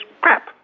crap